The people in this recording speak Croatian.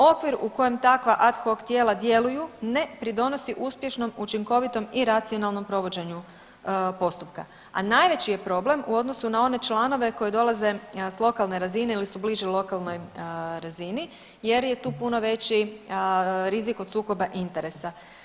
Okvir u kojem takva ad hoc tijela djeluju ne pridonosi uspješnom, učinkovitom i racionalnom provođenju postupka, a najveći je problem u odnosu na one članove koji dolaze s lokalne razine ili su bliži lokalnoj razini jer je tu puno veći rizik od sukoba interesa.